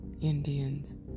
Indians